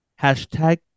Hashtag